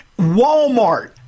Walmart